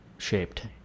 shaped